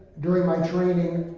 during my training,